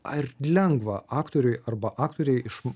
ar lengva aktoriui arba aktorei iš